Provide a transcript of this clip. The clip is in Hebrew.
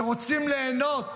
שרוצים ליהנות